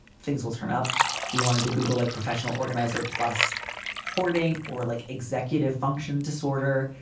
things will turn up if you wanted to google like professional organizer plus hoarding or like executive function disorder.